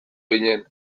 ginen